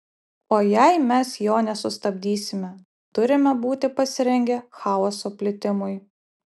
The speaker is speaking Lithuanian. o jei mes jo nesustabdysime turime būti pasirengę chaoso plitimui